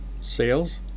sales